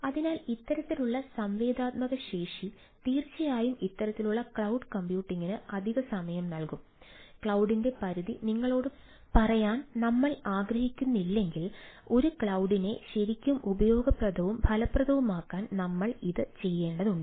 അതിനാൽ ക്ലൌഡിന്റെ പരിധി നിങ്ങളോട് പറയാൻ നമ്മൾ ആഗ്രഹിക്കുന്നില്ലെങ്കിൽ ഒരു ക്ലൌഡിനെ ശരിക്കും ഉപയോഗപ്രദവും ഫലപ്രദവുമാക്കാൻ നമ്മൾ ഇത് ചെയ്യേണ്ടതുണ്ട്